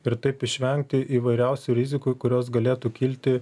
ir taip išvengti įvairiausių rizikų kurios galėtų kilti